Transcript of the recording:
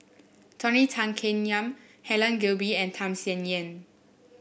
Tony Tan Keng Yam Helen Gilbey and Tham Sien Yen